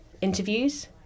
interviews